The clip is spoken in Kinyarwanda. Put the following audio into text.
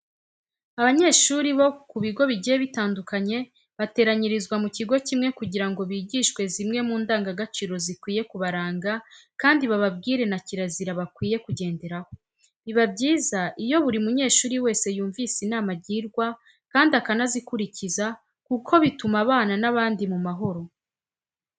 Abanyeshuri bo ku bigo bigiye bitandukanye bateranyirizwa mu kigo kimwe kugira ngo bigishwe zimwe mu ndangagaciro zikwiye kubaranga kandi bababwire na kirazira bakwiye kugenderaho. Biba byiza iyo buri munyeshuri wese yumvise inama agirwa kandi akanazikurikiza kuko bitima abana n'abandi mu mahoro.